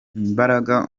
imbaraga